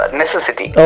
necessity